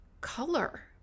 color